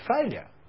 failure